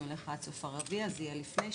אליך עד סוף הרבעון והתשובה תקרה לפני,